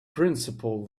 principle